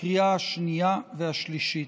לקריאה השנייה והשלישית.